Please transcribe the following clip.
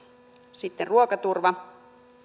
sitten ruokaturva